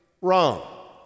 wrong